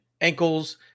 ankles